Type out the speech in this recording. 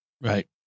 right